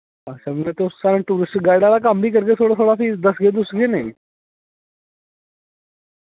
अच्छा मतलब तुस साढ़ै टूरिस्ट गाइड आह्ला कम्म वी करगे थोह्ड़ा थोह्ड़ा फ्ही दस्सगे दुस्सगे नेईं